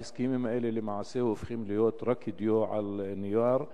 ההסכמים האלה למעשה הופכים להיות רק דיו על נייר,